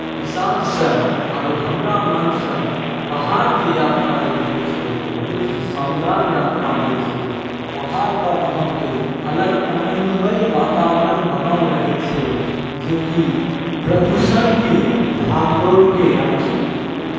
हिसाबसँ आओर हमरा मोनसँ पहाड़के यात्रा जे होइ छै ओ बहुत ही शानदार यात्रा होइ छै पहाड़पर अहाँके अलग आनन्दमय वातावरण बनल रहै छै जेकि प्रदूषणके भागदौड़के आओर सङ्ग सङ्ग